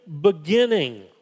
beginning